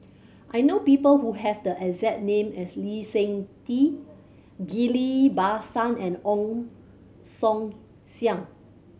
I know people who have the exact name as Lee Seng Tee Ghillie Basan and Ong Song Siang